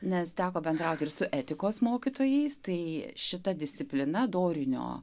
nes teko bendrauti ir su etikos mokytojais tai šita disciplina dorinio